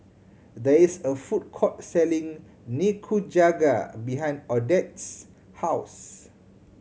there is a food court selling Nikujaga behind Odette's house